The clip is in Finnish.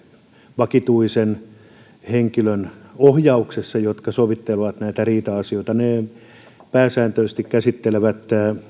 vakituisen henkilön ohjauksessa jotka sovittelevat näitä riita asioita mutta kun tätä asiaa kysyin niin he pääsääntöisesti käsittelevät